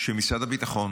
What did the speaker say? שמשרד הביטחון